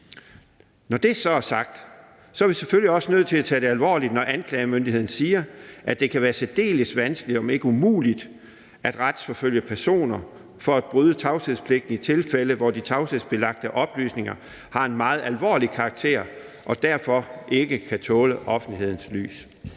Når det så er sagt, er vi selvfølgelig også nødt til at tage det alvorligt, når anklagemyndigheden siger, at det kan være særdeles vanskeligt om ikke umuligt at retsforfølge personer for at bryde tavshedspligten i tilfælde, hvor de tavshedsbelagte oplysninger har en meget alvorlig karakter og derfor ikke kan tåle offentlighedens lys.